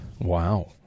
Wow